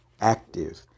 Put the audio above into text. active